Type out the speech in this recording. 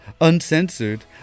Uncensored